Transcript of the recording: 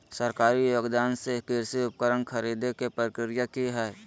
सरकारी योगदान से कृषि उपकरण खरीदे के प्रक्रिया की हय?